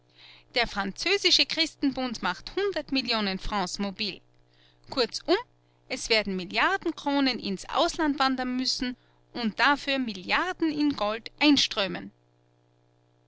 der französische christenbund macht hundert millionen francs mobil kurzum es werden milliarden kronen ins ausland wandern müssen und dafür milliarden in gold einströmen